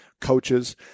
coaches